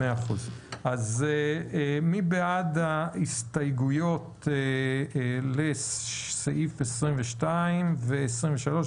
מי בעד ההסתייגויות לסעיף 22 ו-23?